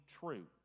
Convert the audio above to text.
true